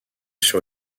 sur